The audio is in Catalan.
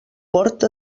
port